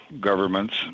governments